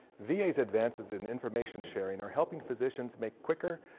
v a advances in information sharing are helping physicians make quicker,